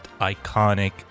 iconic